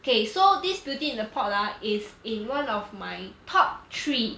okay so this beauty in the pot ah is in one of my top three